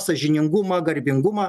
sąžiningumą garbingumą